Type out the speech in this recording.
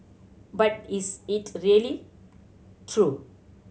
but is it really true